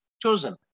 chosen